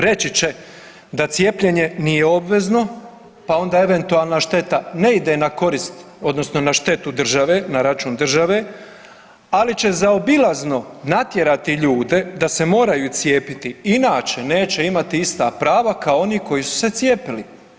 Reći će da cijepljenje nije obvezno, pa onda eventualna šteta ne ide na korist odnosno na štetu države, na račun države, ali će zaobilazno natjerati ljude da se moraju cijepiti inače neće imati ista prava kao oni koji su se cijepili.